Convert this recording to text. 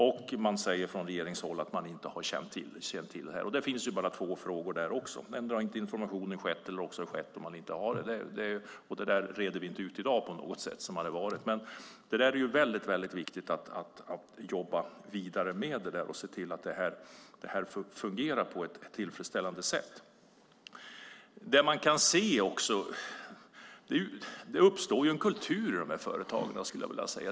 Men man säger från regeringens håll att man inte har känt till det. Det finns två frågor där också. Endera har informationen inte skett eller så har det skett. Det reder vi inte ut i dag. Men det är väldigt viktigt att jobba vidare med det så att det fungerar på ett tillfredsställande sätt. Det man kan se är att det uppstår en kultur i dessa företag.